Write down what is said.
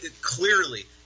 clearly